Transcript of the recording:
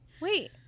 Wait